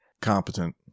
competent